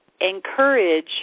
encourage